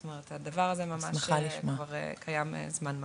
זאת אומרת הדבר הזה קיים כבר זמן מה.